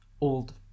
old